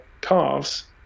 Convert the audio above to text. calves